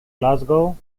glasgow